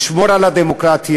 לשמור על הדמוקרטיה,